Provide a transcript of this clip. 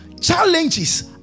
challenges